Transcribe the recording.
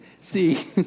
See